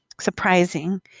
surprising